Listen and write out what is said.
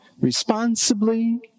responsibly